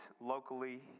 locally